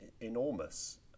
enormous